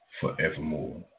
forevermore